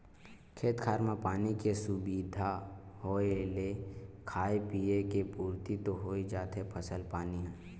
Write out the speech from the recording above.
खेत खार म पानी के सुबिधा होय ले खाय पींए के पुरति तो होइ जाथे फसल पानी ह